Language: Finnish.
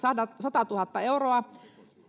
satatuhatta euroa ja